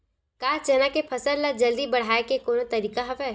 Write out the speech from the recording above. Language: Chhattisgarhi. का चना के फसल ल जल्दी बढ़ाये के कोनो तरीका हवय?